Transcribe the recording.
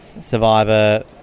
Survivor